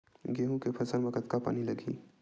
गेहूं के फसल म कतका पानी लगही?